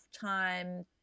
time